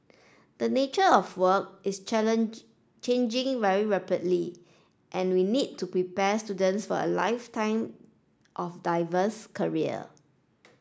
the nature of work is challenge changing very rapidly and we need to prepare students for a lifetime of diverse career